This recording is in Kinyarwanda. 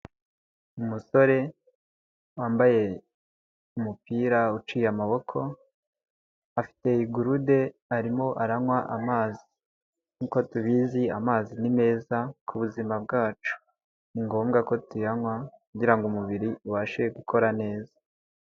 Umusore wambaye umupira uciye amaboko, afite igrude arimo aranywa amazi nk'uko tubizi amazi ni meza ku buzima bwacu ni ngombwa ko tuyanywa kugira ngo umubiri ubashe gukora neza.